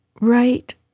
right